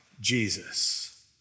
Jesus